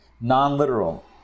non-literal